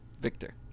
Victor